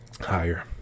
Higher